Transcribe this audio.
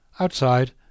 Outside